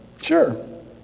Sure